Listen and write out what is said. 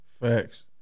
Facts